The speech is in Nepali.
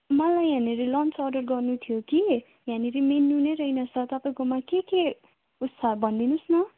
मलाई यहाँनिर लन्च अर्डर गर्नु थियो कि यहाँनिर मेन्यु नै छैन रहेछ तपाईँकोमा के के उस छ भनिदिनुहोस् न